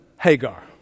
Hagar